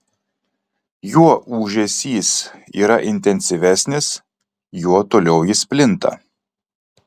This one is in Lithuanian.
juo ūžesys yra intensyvesnis juo toliau jis plinta